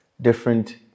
Different